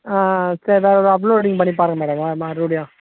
ஆ ஆ ஆ சரி எதாவது அப்லோடிங் பண்ணி பாருங்கள் மேடம் மறுபடியும்